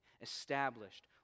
established